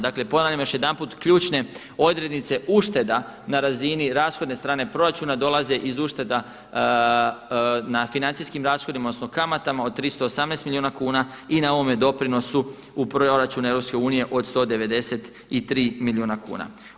Dakle ponavljam još jedanput ključne odrednice ušteda na razini rashodne strane proračuna dolaze iz ušteda na financijskim rashodima odnosno kamatama od 318 milijuna kuna i na ovome doprinosu u proračun EU od 193 milijuna kuna.